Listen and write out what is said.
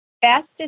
fastest